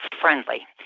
friendly